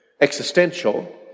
existential